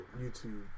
YouTube